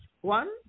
One